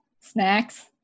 snacks